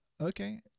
Okay